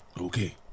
okay